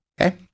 okay